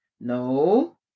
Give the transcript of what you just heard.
No